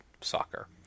soccer